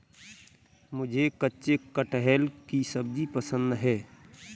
मुझे कच्चे कटहल की सब्जी पसंद है